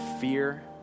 fear